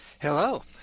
Hello